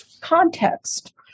context